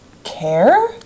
care